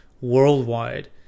worldwide